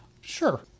Sure